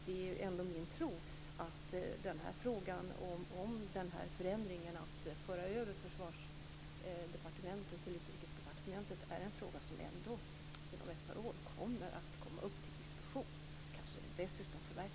Det är ändå min tro att förändringen att föra över Försvarsdepartementet till Utrikesdepartementet är en fråga som inom ett par år kommer att komma upp till diskussion och kanske dessutom förverkligas.